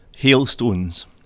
Hailstones